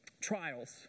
Trials